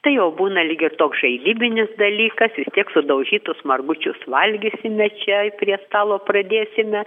tai jau būna lyg ir toks žaidybinis dalykas vis tiek sudaužytus margučius valgysime čia prie stalo pradėsime